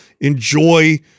enjoy